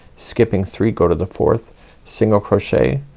skipping three go to the fourth single crochet,